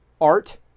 art